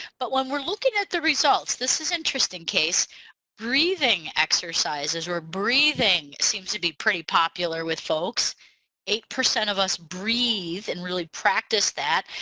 but when we're looking at the results this is interesting casey breathing exercises we're breathing seems to be pretty popular with folks eight percent of us breathe and really practice that.